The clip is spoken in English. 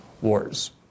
wars